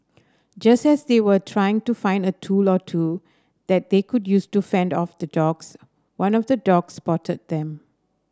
just as they were trying to find a tool or two that they could use to fend off the dogs one of the dogs spotted them